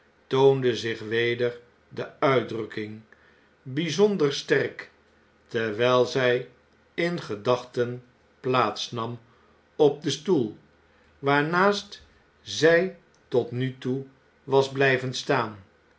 toonde zich weder de uitdrukking bij zonder sterk terwijl zy in gedachte plaats nam op den stoel waarnaast zij tot nu toe was blijven staan